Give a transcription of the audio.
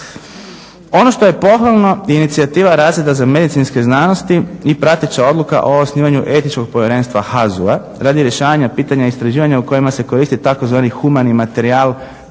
Ono što je pohvalno inicijativa razreda za medicinske znanosti i prateća odluka o osnivanje etičkog povjerenstva HAZU-a radi rješavanja pitanja istraživanja u kojima se koristi tzv. humani materijal,